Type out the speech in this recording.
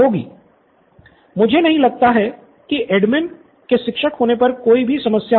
student Nithin मुझे नहीं लगता कि एडमिन के शिक्षक होने में कोई भी समस्या होगी